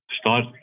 Start